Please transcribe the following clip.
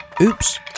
Oops